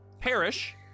perish